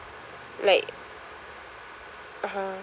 like (uh huh)